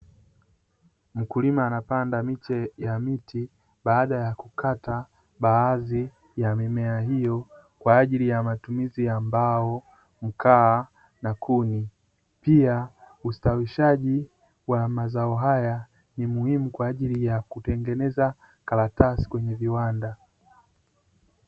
Mkulima anapanda miche ya miti baada ya kukata baadhi ya mimea hiyo kwa ajili ya matumizi ya: mbao, mkaa na kuni. Pia ustawishaji wa mazao haya ni muhimu kwa ajili ya kutengeneza karatasi kwenye viwanda.